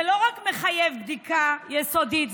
זה מחייב לא רק בדיקה יסודית,